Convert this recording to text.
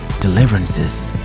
deliverances